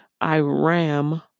Iram